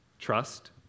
Trust